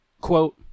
Quote